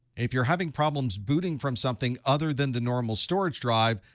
if you're having problems booting from something other than the normal storage drive,